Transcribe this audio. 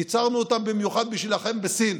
ייצרנו אותם במיוחד בשבילכם בסין.